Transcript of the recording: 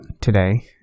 today